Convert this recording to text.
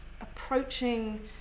approaching